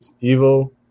Evil